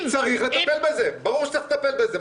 צריך לטפל בזה, ברור שצריך לטפל בזה.